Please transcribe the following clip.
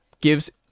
gives